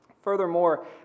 Furthermore